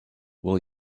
will